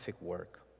work